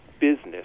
business